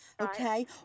okay